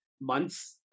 months